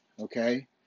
okay